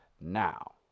Now